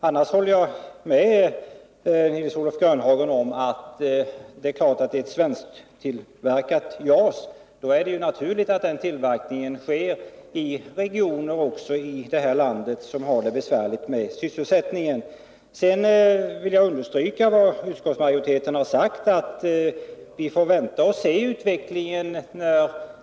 Annars håller jag med Nils-Olof Grönhagen om att det är klart att tillverkningen av ett svenskt JAS-plan naturligt också bör ske i regioner i detta land som har det besvärligt med sysselsättningen. Jag vill understryka vad utskottsmajoriteten sagt, att vi får vänta och se hur utvecklingen blir.